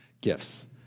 gifts